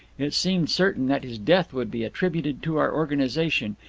it seemed certain that his death would be attributed to our organization,